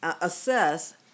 assess